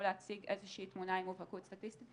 להציג איזושהי תמונה עם מובהקות סטטיסטית,